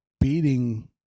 beating